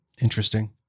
Interesting